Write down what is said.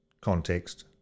context